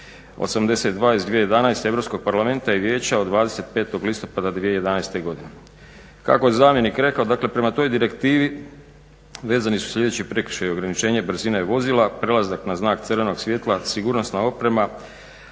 82/2011 EU parlamenta i Vijeća od 25.listopada 2011.godine. Kako je zamjenik rekao prema toj direktivi vezani su sljedeći prekršaji i ograničenje brzine vozila, prelazak na znak crvenog svjetla, sigurnosna oprema,